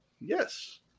Yes